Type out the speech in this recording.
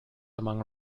amongst